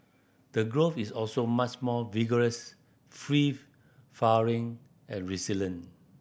the growth is also much more vigorous free flowering and resilient